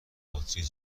باتری